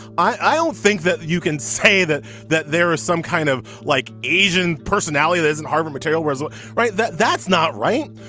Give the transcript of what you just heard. i don't think that you can say that that there is some kind of like asian personality that isn't harvard material was all right. that's not right.